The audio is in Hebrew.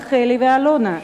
רחלי ואלונה.